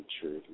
truth